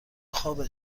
خوابه